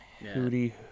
Hootie